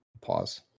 Pause